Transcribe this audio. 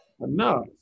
Enough